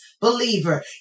Believer